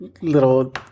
little